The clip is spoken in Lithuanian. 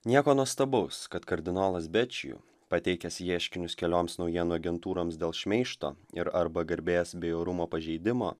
nieko nuostabaus kad kardinolas bečiju pateikęs ieškinius kelioms naujienų agentūroms dėl šmeižto ir arba garbės bei orumo pažeidimo